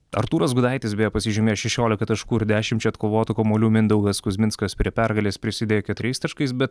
artūras gudaitis beje pasižymėjo šešiolika taškų ir dešimčia atkovotų kamuolių mindaugas kuzminskas prie pergalės prisidėjo keturiais taškais bet